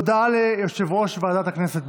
הודעה ליושב-ראש ועדת הכנסת.